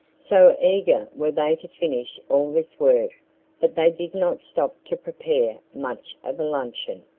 so eager were they to finish all this work that they did not stop to prepare much of a luncheon.